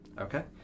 Okay